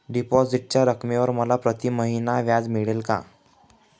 डिपॉझिटच्या रकमेवर मला प्रतिमहिना व्याज मिळेल का?